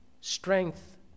strength